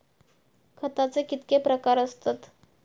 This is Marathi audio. खताचे कितके प्रकार असतत?